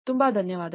ತುಂಬ ಧನ್ಯವಾದಗಳು